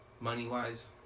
Money-wise